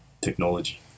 technology